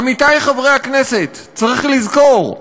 עמיתי חברי הכנסת, צריך לזכור,